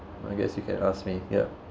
I guess you can ask me ya